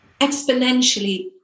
exponentially